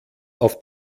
auf